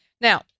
Now